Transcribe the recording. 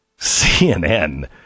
cnn